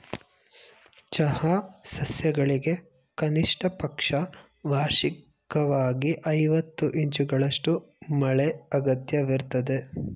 ಚಹಾ ಸಸ್ಯಗಳಿಗೆ ಕನಿಷ್ಟಪಕ್ಷ ವಾರ್ಷಿಕ್ವಾಗಿ ಐವತ್ತು ಇಂಚುಗಳಷ್ಟು ಮಳೆ ಅಗತ್ಯವಿರ್ತದೆ